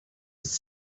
was